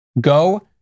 Go